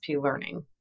Learning